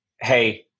Hey